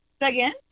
Again